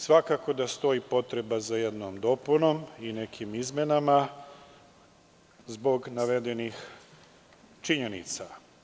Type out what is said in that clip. Svakako da stoji potreba za jednom dopunom i nekim izmenama, zbog navedenih činjenica.